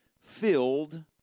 filled